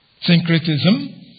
syncretism